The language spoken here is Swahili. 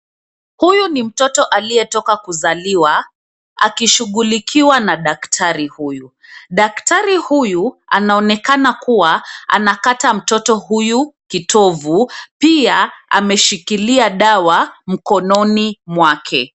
Huyu ni mtoto aliyetoka kuzaliwa ,akishughulikiwa na daktari huyu. Daktari huyu anaonekana kuwa anakata mtoto huyu kitovu ,pia ameshikilia dawa mkononi mwake.